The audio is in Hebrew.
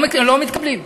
הם לא מתקבלים.